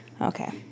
Okay